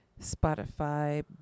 Spotify